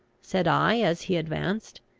said i, as he advanced,